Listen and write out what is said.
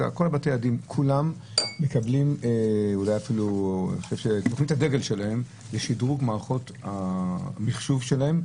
כולם מקבלים ואולי אפילו תוכנית הדגל שלהם היא שדרוג מערכות המחשב שלהם.